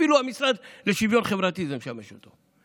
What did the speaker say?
אפילו המשרד לשוויון חברתי, זה משמש אותו.